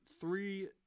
three